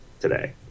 Today